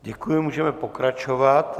Děkuji, můžeme pokračovat.